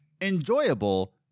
enjoyable